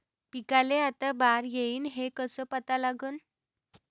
पिकाले आता बार येईन हे कसं पता लागन?